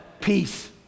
peace